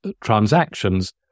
transactions